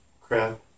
crap